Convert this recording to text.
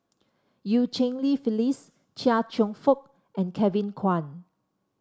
Eu Cheng Li Phyllis Chia Cheong Fook and Kevin Kwan